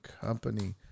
Company